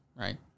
right